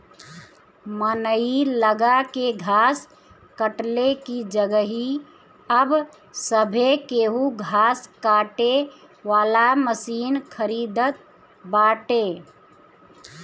मनई लगा के घास कटले की जगही अब सभे केहू घास काटे वाला मशीन खरीदत बाटे